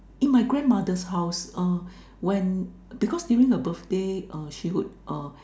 in my grandmother's house uh when because during her birthday uh she would uh